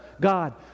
God